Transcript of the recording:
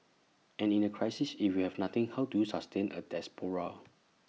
and in the crisis if we have nothing how do you sustain A diaspora